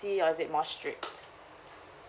or is it more strict